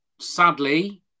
sadly